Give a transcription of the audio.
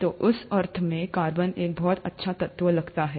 तो उस अर्थ में कार्बन एक बहुत अच्छा तत्व लगता है